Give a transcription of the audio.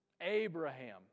Abraham